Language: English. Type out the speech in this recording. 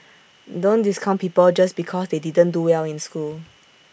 don't discount people just because they didn't do well in school